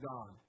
God